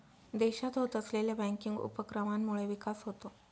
देशात होत असलेल्या बँकिंग उपक्रमांमुळे विकास होतो